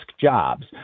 jobs